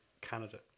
Canada